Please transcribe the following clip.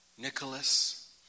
Nicholas